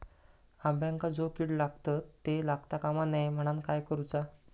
अंब्यांका जो किडे लागतत ते लागता कमा नये म्हनाण काय करूचा?